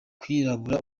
kwirabura